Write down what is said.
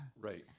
Right